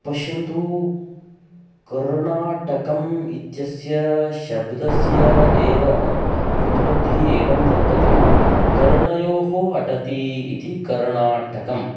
पश्यन्तु कर्णाटकम् इत्यस्य शब्दस्य एव व्युत्पत्तिः एवं वर्तते कर्णयोः अटति इति कर्णाटकं